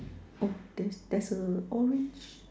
oh there's there's a orange